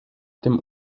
dem